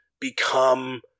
become